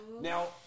Now